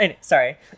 Sorry